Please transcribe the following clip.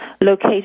located